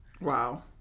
Wow